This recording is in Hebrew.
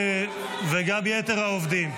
וגם יתר העובדים.